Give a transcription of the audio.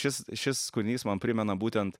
šis šis kūrinys man primena būtent